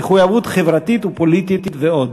מחויבות חברתית ופוליטית ועוד.